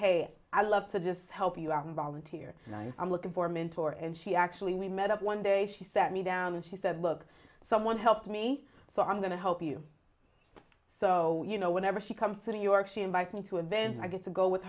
hey i love to just help you out and volunteer i'm looking for a mentor and she actually we met up one day she sat me down and she said look someone helped me so i'm going to help you so you know whenever she comes to new york she invites me to events i get to go with